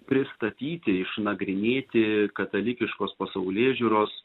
pristatyti išnagrinėti katalikiškos pasaulėžiūros